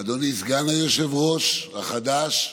אדוני סגן היושב-ראש החדש,